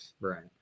right